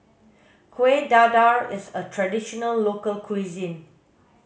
kuih dadar is a traditional local cuisine